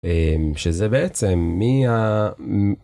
...שזה בעצם מי ה...